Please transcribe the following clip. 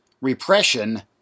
Repression